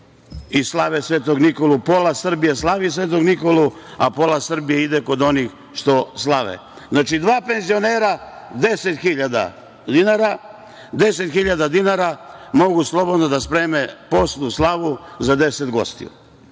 slave Svetog Nikolu. Pola Srbije slavi Svetog Nikolu, a pola Srbije ide kod onih što slave. Znači, dva penzionera, deset hiljada dinara. Mogu slobodno da spreme posnu slavu za deset gostiju